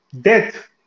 Death